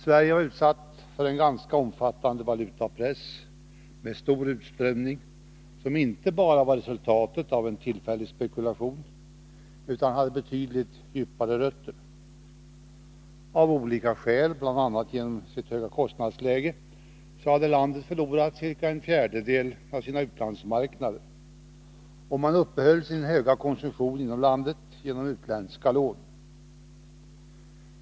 Sverige var utsatt för en ganska omfattande valutapress, med stor utströmning, något som inte bara var ett resultat av en tillfällig spekulation utan som också hade betydligt djupare rötter. Av olika skäl, bl.a. som en följd av det höga kostnadsläget, hade landet förlorat ca en fjärdedel av sina utlandsmarknader. Vi uppehöll en hög konsumtion inom landet genom utländska lån.